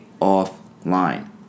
offline